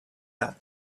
that